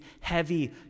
heavy